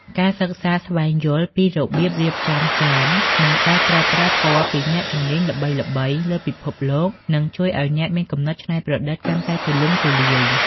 ការសិក្សាស្វែងយល់ពីរបៀបរៀបចំចាន និងការប្រើប្រាស់ពណ៌ពីអ្នកជំនាញល្បីៗលើពិភពលោក នឹងជួយឱ្យអ្នកមានគំនិតច្នៃប្រឌិតកាន់តែទូលំទូលាយ។